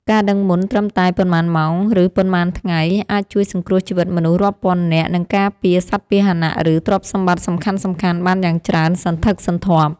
ការដឹងមុនត្រឹមតែប៉ុន្មានម៉ោង ឬប៉ុន្មានថ្ងៃ អាចជួយសង្គ្រោះជីវិតមនុស្សរាប់ពាន់នាក់ និងការពារសត្វពាហណៈ ឬទ្រព្យសម្បត្តិសំខាន់ៗបានយ៉ាងច្រើនសន្ធឹកសន្ធាប់។